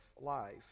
life